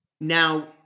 Now